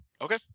Okay